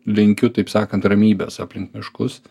linkiu taip sakant ramybės aplink miškus